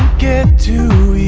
get to